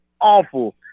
awful